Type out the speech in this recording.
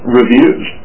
reviews